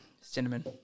cinnamon